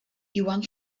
iwan